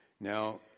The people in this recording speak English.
Now